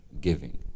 Giving